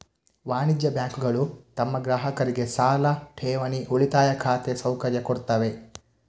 ವಾಣಿಜ್ಯ ಬ್ಯಾಂಕುಗಳು ತಮ್ಮ ಗ್ರಾಹಕರಿಗೆ ಸಾಲ, ಠೇವಣಿ, ಉಳಿತಾಯ ಖಾತೆ ಸೌಕರ್ಯ ಕೊಡ್ತವೆ